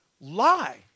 Lie